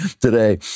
today